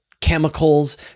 chemicals